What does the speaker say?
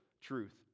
truth